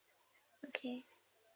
okay